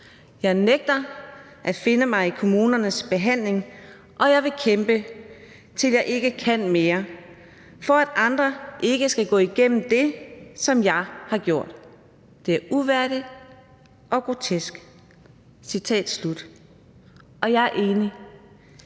Jeg nægter at finde mig i kommunernes behandling, og jeg vil kæmpe, til jeg ikke kan mere, for at andre ikke skal gå igennem det, som jeg har gjort. Det er uværdigt og grotesk. Jeg er enig.